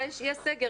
הסגר